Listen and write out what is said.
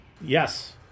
yes